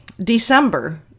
December